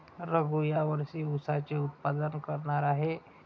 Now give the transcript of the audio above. रघू या वर्षी ऊसाचे उत्पादन करणार आहे